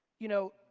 you know,